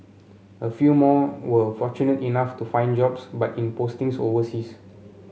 a few more were fortunate enough to find jobs but in postings overseas